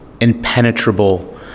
impenetrable